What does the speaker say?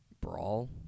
Brawl